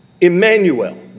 Emmanuel